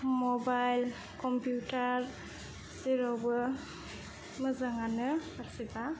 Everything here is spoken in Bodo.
मबाइल कम्पिउटार जेरावबो मोजाङानो फारसेबा